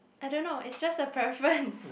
I don't know it's just a preference